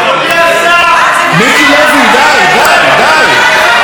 אדוני השר, מיקי לוי, די, די, די.